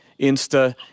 Insta